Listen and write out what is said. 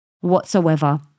whatsoever